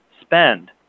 spend